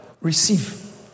Receive